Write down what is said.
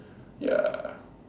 ya